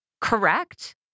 correct